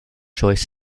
choice